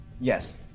Yes